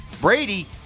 Brady